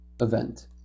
event